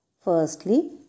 firstly